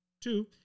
two